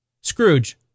Scrooge